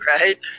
Right